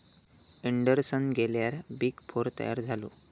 Anderson गेल्यार big four तयार झालो